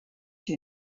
you